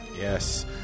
Yes